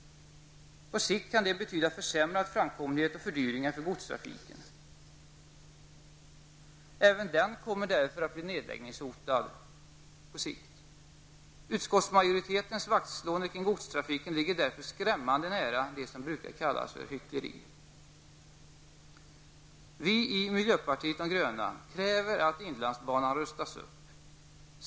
På sikt kan detta betyda försämrad framkomlighet och fördyringar för godstrafiken. Även den kommer därför att bli nedläggningshotad. Utskottsmajoritetens vaktslående kring godstrafiken ligger därför skrämmande nära det som brukar kallas för hyckleri. Vi i miljöpartiet de gröna kräver att inlandsbanan rustas upp.